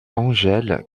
angèle